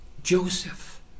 Joseph